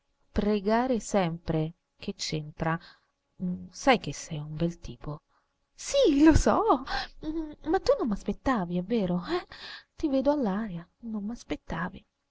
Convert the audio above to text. pregare sempre che c'entra sai che sei un bel tipo sì lo so ma tu non m'aspettavi è vero eh ti vedo all'aria non